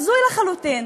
הזוי לחלוטין.